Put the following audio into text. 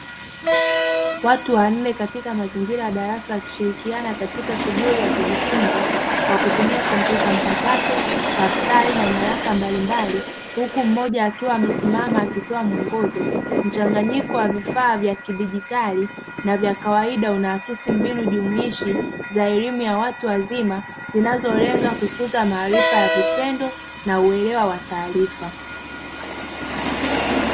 Watu wanne katika mazingira ya darasa wakijifunza kwa kutumia kompyuta mpakato daftari na nyaraka mbalimbali, huku mmoja akiwa amesimama akitoa mwongozo na vya kawaida unaakisi mbinu jumuishi za elimu ya watu wazima zinazolenga kukuza maarifa ya vitendo na uelewa wa taarifa